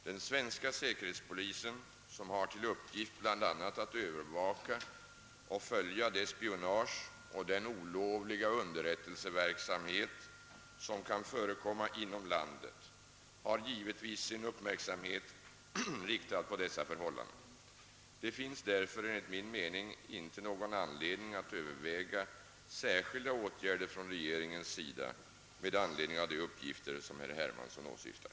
Den svenska säkerhetspolisen som har till uppgift bl.a. att övervaka och följa det spionage och den olovliga underrättelseverksamhet som kan förekomma inom landet har givetvis sin uppmärksamhet riktad på dessa förhållanden. Det finns därför enligt min mening inte någon anledning att överväga några särskilda åtgärder från regeringens sida med anledning av de uppgifter som herr Hermansson åsyftar.